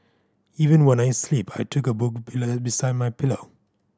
even when I sleep I took a book beside my pillow